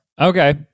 Okay